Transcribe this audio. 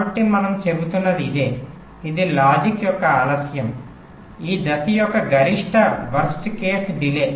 కాబట్టి మనం చెబుతున్నది అదే ఇది లాజిక్ యొక్క ఆలస్యం ఈ దశ యొక్క గరిష్ట వరస్ట్ కేసు డిలే